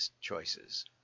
choices